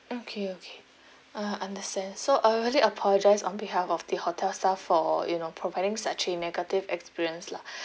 okay okay uh understand so I really apologise on behalf of the hotel staff for you know providing such a negative experience lah